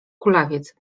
kulawiec